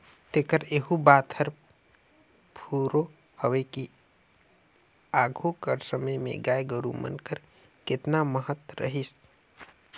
तेकर एहू बात हर फुरों हवे कि आघु कर समे में गाय गरू मन कर केतना महत रहिस